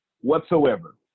whatsoever